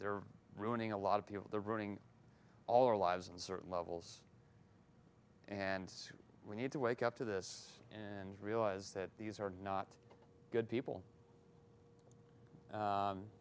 they're ruining a lot of people the ruining all or lives in certain levels and we need to wake up to this and realize that these are not good people